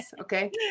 okay